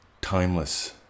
Timeless